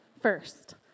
First